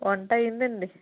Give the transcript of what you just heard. వంట అయింది అండి